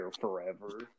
forever